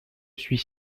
suis